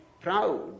proud